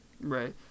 right